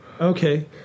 Okay